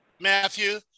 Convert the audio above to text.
Matthew